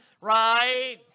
Right